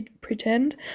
pretend